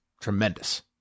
tremendous